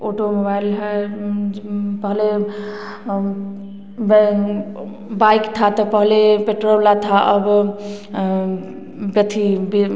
automobile है पहले bike था तो पहले पेट्रोल लगता था अब गथी बीम